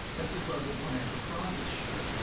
as the global financial crisis showed,